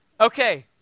Okay